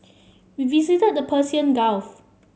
we visited the Persian Gulf